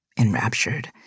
enraptured